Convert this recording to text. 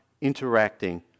interacting